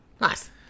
Nice